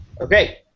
Okay